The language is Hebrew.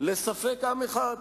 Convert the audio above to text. לספק-עם אחד: